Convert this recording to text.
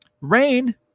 Rain